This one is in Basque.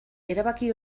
erabaki